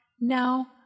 Now